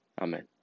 Amen